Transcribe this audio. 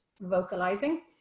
vocalizing